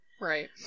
right